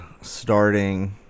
starting